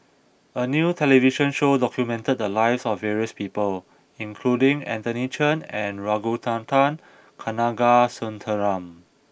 a new television show documented the lives of various people including Anthony Chen and Ragunathar Kanagasuntheram